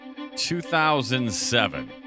2007